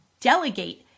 delegate